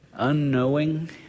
unknowing